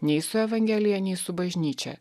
nei su evangelija nei su bažnyčia